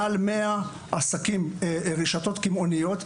מעל 100 רשתות קמעונאיות,